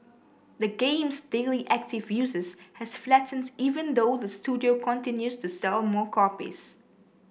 the game's daily active users has flattened even though the studio continues to sell more copies